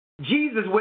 Jesus